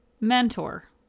mentor